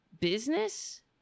Business